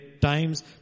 times